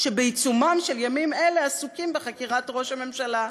שבעיצומם של ימים אלה עסוקים בחקירת ראש הממשלה".